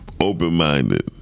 Open-minded